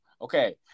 Okay